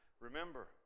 Remember